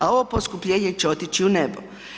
A ovo poskupljenje će otići u nebo.